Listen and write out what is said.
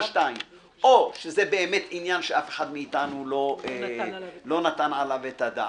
השתיים או שזה באמת עניין שאף אחד מאיתנו לא נתן עליו את הדעת,